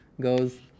goes